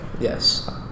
yes